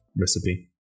recipe